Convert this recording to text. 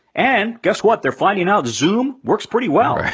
and guess what, they're finding out zoom works pretty well. right.